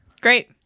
Great